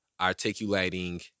articulating